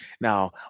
now